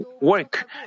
work